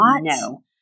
No